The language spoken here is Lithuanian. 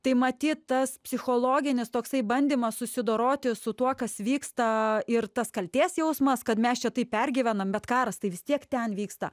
tai matyt tas psichologinis toksai bandymas susidoroti su tuo kas vyksta ir tas kaltės jausmas kad mes čia taip pergyvenam bet karas tai vis tiek ten vyksta